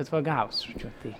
bet va gavosi žodžiu tai